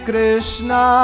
Krishna